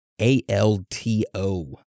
A-L-T-O